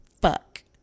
Fuck